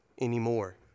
anymore